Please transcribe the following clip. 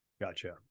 Gotcha